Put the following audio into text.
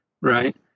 right